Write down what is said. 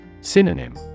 Synonym